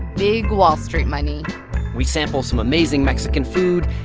big wall street money we sample some amazing mexican food.